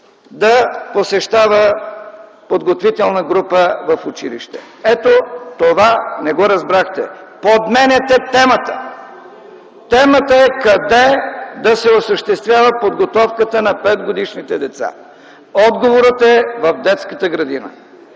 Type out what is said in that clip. да посещава подготвителна група в училище. Ето това не разбрахте. Подменяте темата. (Реплика от ГЕРБ.) Темата е къде да се осъществява подготовката на петгодишните деца. Отговорът е: в детската градина.